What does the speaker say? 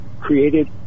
created